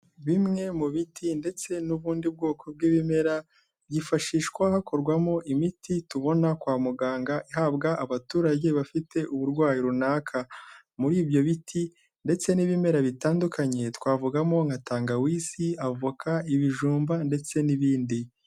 Bimwe mu biti ndetse n'ubundi bwoko bw'ibimera, byifashishwa hakorwamo imiti tubona kwa muganga ihabwa abaturage bafite uburwayi runaka. Muri ibyo biti ndetse n'ibimera bitandukanye twavugamo nka tangawizi, avoka, ibijumba ndetse n'ibindi.